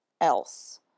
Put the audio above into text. else